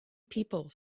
people